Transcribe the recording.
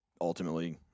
ultimately